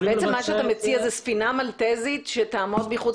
אז בעצם מה שאתה מציע זה ספינה מלטזית שתעמוד מחוץ